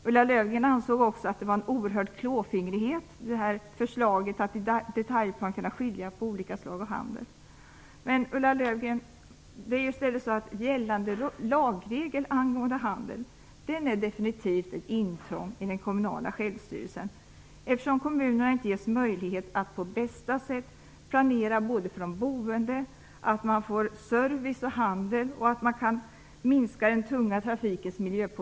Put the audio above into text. Ulla Löfgren ansåg också att förslaget att i detaljplaner kunna skilja på olika slag av handel var fråga om klåfingrighet. Men, Ulla Löfgren, det är ju i stället den gällande lagregeln angående handel som definitivt är ett intrång i den kommunala självstyrelsen, eftersom kommunerna inte ges möjlighet att på bästa sätt planera för de boende så att de får service och handel och minskad miljöpåverkan av den tunga trafiken.